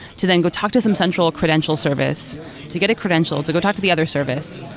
to then go talk to some central credential service to get a credential, to go talk to the other service.